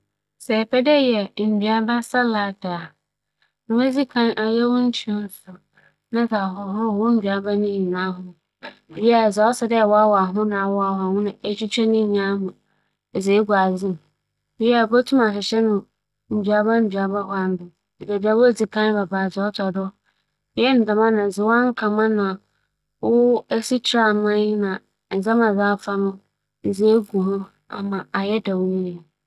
Sɛ murutwutwa nduaba nduaba nyinara abͻ mu ayɛ adze kor a, adze a mebɛyɛ nye dɛ, mobͻhwehwɛ aborͻbɛ, ekutu, mpuwa, na pii a ͻkeka ho. Ntsi dza meba fie a mebɛyɛ ara nye dɛ mobotwitwa biara mu nketse nketse nketse na m'aka afora na medze ngo kakra apetse do, ͻnoara nye no na meewie.